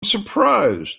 surprised